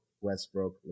Westbrook